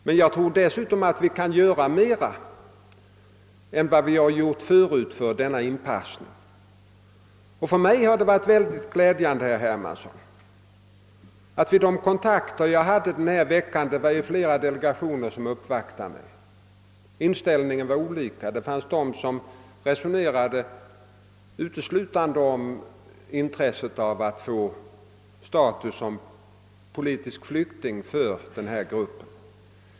Emellertid tror jag dessutom att vi kan göra mera än vad vi har gjort för deras anpassning här. Vid de kontakter jag hade förra veckan — det var flera delegationer som uppvaktade mig — var inställningen olika. Det fanns de som resonerade uteslutande om att få status som politiska flyktingar för denna grupp.